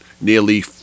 nearly